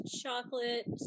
chocolate